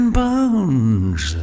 bones